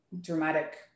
dramatic